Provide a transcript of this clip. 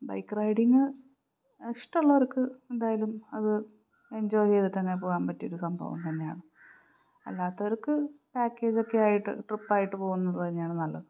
bike riding ഇഷ്ടമുള്ളവർക്ക് എന്തായാലും അത് എൻജോയ് ചെയ്തിട്ടുതന്നെ പോകാൻ പറ്റിയയൊരു സംഭവം തന്നെയാണ് അല്ലാത്തവർക്ക് പാക്കേജൊക്കെയായിട്ട് ട്രിപ്പായിട്ട് പോകുന്നത് തന്നെയാണ് നല്ലത്